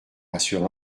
rassure